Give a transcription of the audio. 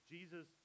Jesus